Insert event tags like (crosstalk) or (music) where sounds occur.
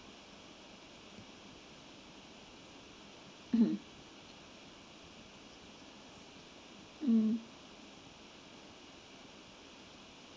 (noise) mm